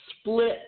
split